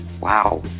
wow